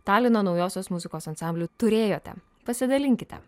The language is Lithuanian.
talino naujosios muzikos ansambliu turėjote pasidalinkite